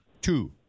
Two